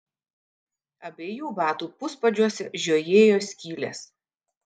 abiejų batų puspadžiuose žiojėjo skylės